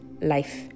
Life